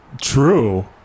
True